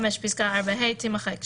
פסקה (4ה) תימחק,